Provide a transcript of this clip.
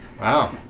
Wow